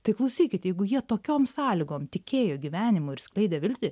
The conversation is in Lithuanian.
tai klausykit jeigu jie tokiom sąlygom tikėjo gyvenimu ir skleidė viltį